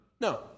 No